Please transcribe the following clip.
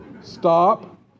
Stop